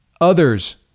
others